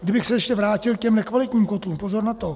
Kdybych se ještě vrátil k těm nekvalitním kotlům pozor na to!